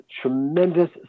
tremendous